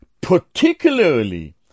particularly